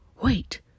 Wait